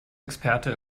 experte